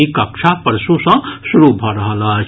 ई कक्षा परसू सँ शुरू भऽ रहल अछि